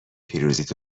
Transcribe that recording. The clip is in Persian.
پیروزیت